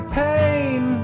pain